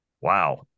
wow